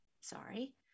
sorry